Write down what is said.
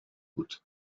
بود